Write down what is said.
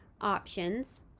options